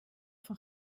van